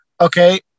okay